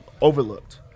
overlooked